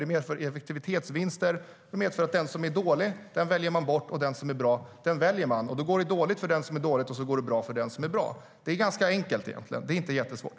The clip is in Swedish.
Det medför effektivitetsvinster. Det medför att man väljer bort den som är dålig och att man väljer den som är bra. Då går det dåligt för den som är dålig och bra för den som är bra. Det är ganska enkelt egentligen, inte jättesvårt.